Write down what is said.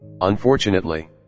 Unfortunately